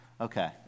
Okay